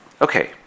okay